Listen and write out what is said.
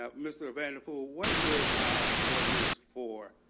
ah mr vanderpool, what is our ordinance for